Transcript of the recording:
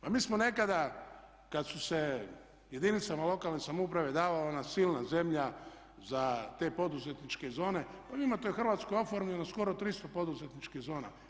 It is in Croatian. Pa mi smo nekada kad su se jedinicama lokalne samouprave davala ona silna zemlja za te poduzetničke zone, pa vi imate u Hrvatskoj oformljeno skoro 300 poduzetničkih zona.